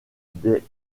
des